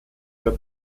der